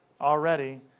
already